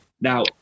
now